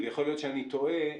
ויכול להיות שאני טועה,